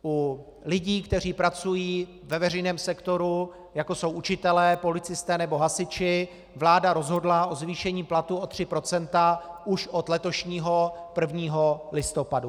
U lidí, kteří pracují ve veřejném sektoru, jako jsou učitelé, policisté nebo hasiči, vláda rozhodla o zvýšení platů o 3 % už od letošního 1. listopadu.